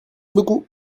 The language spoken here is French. beaucoup